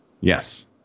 Yes